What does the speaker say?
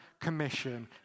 commission